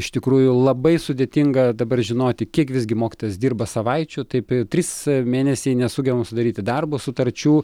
iš tikrųjų labai sudėtinga dabar žinoti kiek visgi mokytojas dirba savaičių taip trys mėnesiai nesugebam sudaryti darbo sutarčių